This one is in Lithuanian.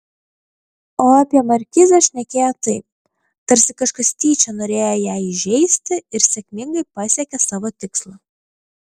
o apie markizę šnekėjo taip tarsi kažkas tyčia norėjo ją įžeisti ir sėkmingai pasiekė savo tikslą